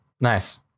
Nice